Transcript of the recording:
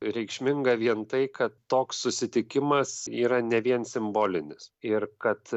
reikšminga vien tai kad toks susitikimas yra ne vien simbolinis ir kad